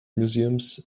museums